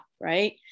right